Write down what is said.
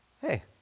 Hey